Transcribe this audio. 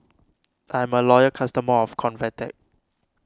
I'm a loyal customer of Convatec